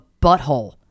butthole